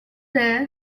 there